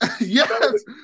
Yes